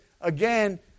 again